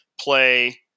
play